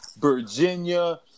Virginia